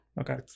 Okay